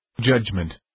Judgment